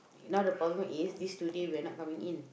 now the problem is this two day we are not coming in